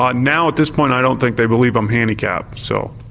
ah now at this point i don't think they believe i'm handicapped, so.